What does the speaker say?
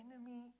enemy